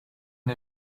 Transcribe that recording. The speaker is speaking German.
der